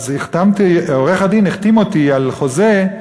אז עורך-הדין החתים אותי על חוזה.